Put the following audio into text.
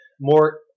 more